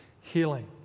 healing